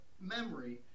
memory